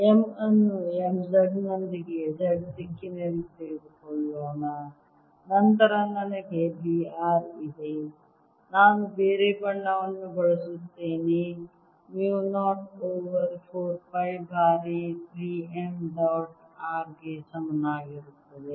M ಅನ್ನು m Z ನೊಂದಿಗೆ z ದಿಕ್ಕಿನಲ್ಲಿ ತೆಗೆದುಕೊಳ್ಳೋಣ ನಂತರ ನನಗೆ B r ಇದೆ ನಾನು ಬೇರೆ ಬಣ್ಣವನ್ನು ಬಳಸುತ್ತೇನೆ ಮ್ಯೂ 0 ಓವರ್ 4 ಪೈ ಬಾರಿ 3 m ಡಾಟ್ r ಗೆ ಸಮಾನವಾಗಿರುತ್ತದೆ